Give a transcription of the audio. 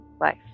life